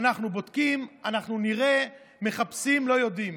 אנחנו בודקים, אנחנו נראה, מחפשים, לא יודעים.